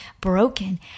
broken